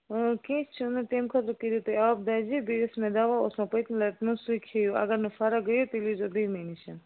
کیٚنٛہہ چھُنہٕ تَمہِ خٲطرٕ کٔریو تُہۍ آبہٕ دَجہِ بیٚیہِ یُس مےٚ دوا اوسمو پٔتۍمہِ لَٹہِ دٮُ۪تمُت سُے کھیٚیِو اَگر نہٕ فرق گٔیو تیٚلہِ ییٖزیٚو بیٚیہِ مےٚ نِش